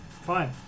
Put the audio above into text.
Fine